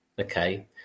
okay